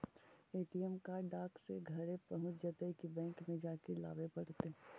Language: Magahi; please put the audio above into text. ए.टी.एम कार्ड डाक से घरे पहुँच जईतै कि बैंक में जाके लाबे पड़तै?